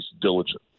diligent